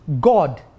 God